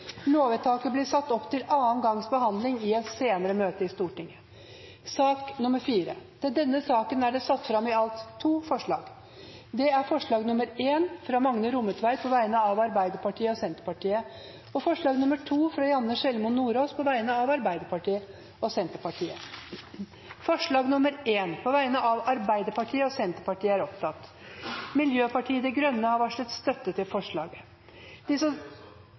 Lovvedtaket vil bli satt opp til andre gangs behandling i et senere møte i Stortinget. Under debatten er det satt fram i alt to forslag. Det er forslag nr. 1, fra Magne Rommetveit på vegne av Arbeiderpartiet og Senterpartiet forslag nr. 2, fra Janne Sjelmo Nordås på vegne av Arbeiderpartiet og Senterpartiet Det voteres over forslag nr. 1. Forslaget lyder: «Stortinget ber regjeringen opprettholde den norske reservasjonen mot at EUs tredje postdirektiv inntas i EØS-avtalen. Stortinget går imot implementering av EUs tredje postdirektiv i norsk rett.» Miljøpartiet